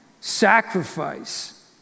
sacrifice